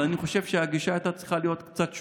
אבל אני חושב שהגישה הייתה צריכה להיות קצת שונה.